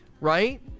right